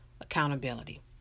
accountability